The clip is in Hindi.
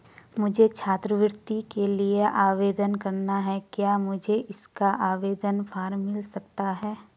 मुझे छात्रवृत्ति के लिए आवेदन करना है क्या मुझे इसका आवेदन फॉर्म मिल सकता है?